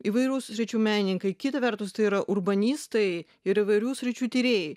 įvairių sričių menininkai kita vertus tai yra urbanistai ir įvairių sričių tyrėjai